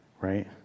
right